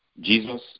Jesus